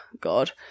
God